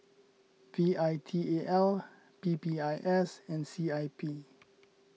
V I T A L P P I S and C I P